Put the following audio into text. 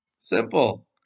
Simple